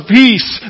peace